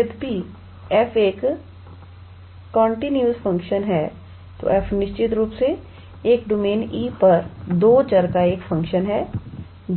यदि f एक continuous function है तो f निश्चित रूप से एक डोमेन E पर दो चर का एक फ़ंक्शनहै